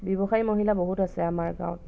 ব্যৱসায়ী মহিলা বহুত আছে আমাৰ গাঁৱত